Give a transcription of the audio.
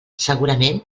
segurament